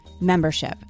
Membership